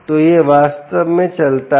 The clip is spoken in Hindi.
तो यह वास्तव में चलता है